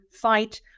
fight